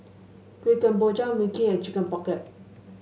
Kuih Kemboja Mui Kee and Chicken Pocket